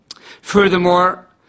Furthermore